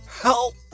Help